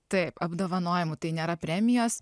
taip apdovanojimų tai nėra premijos